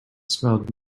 smelled